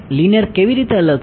linear કેવી રીતે અલગ છે